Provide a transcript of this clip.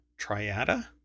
Triada